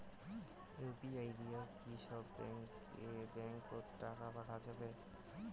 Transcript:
UPI দিয়া কি সব ব্যাংক ওত টাকা পাঠা যায়?